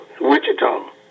Wichita